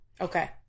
Okay